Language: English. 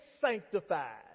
sanctified